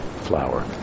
flower